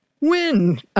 win